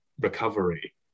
recovery